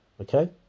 Okay